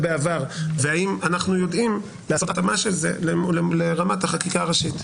והאם אנחנו יודעים לעשות התאמה של זה לרמת החקיקה הראשית.